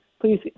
Please